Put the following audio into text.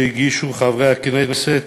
שהגישו חברי הכנסת